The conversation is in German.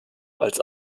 als